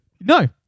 No